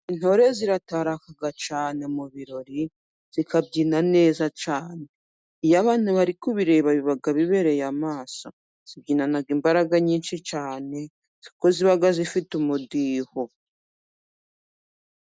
Intore zirataraka cyane mu birori ,zikabyina neza cyane ,iyo abantu bari kubireba biba bibereye amaso ,zibyinana imbaraga nyinshi cyane kuko ziba zifite umudiho.